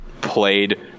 played